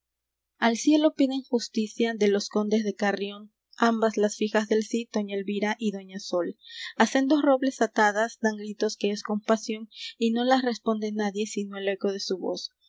al cielo piden justicia de los condes de carrión ambas las fijas del cid doña elvira y doña sol á sendos robles atadas dan gritos que es compasión y no las responde nadie sino el eco de su voz